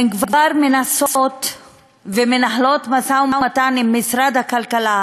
הן מנסות ומנהלות משא-ומתן עם משרד הכלכלה,